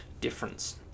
difference